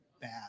bad